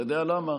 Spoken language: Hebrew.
אתה יודע למה?